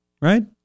right